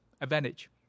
advantage